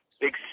big